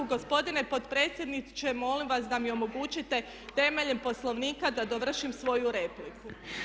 Gospodine potpredsjedniče, molim vas da mi omogućite temeljem Poslovnika da dovršim svoju repliku.